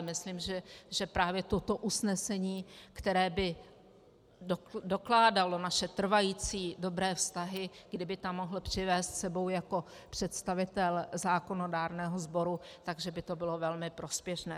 Myslím, že právě toto usnesení, které by dokládalo naše trvající dobré vztahy, kdyby tam mohl přivézt s sebou jako představitel zákonodárného sboru, tak že by to bylo velmi prospěšné.